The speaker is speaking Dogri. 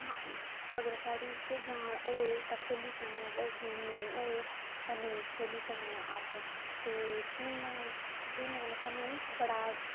अगर साढ़े च जान होए ते खेली सकने आं अगर जे नेईं होए ते नेईं खेली सकने आं अस ते खेलना खेलने कन्नै सानूं बड़ा